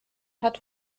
hat